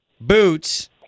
boots